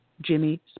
Jimmy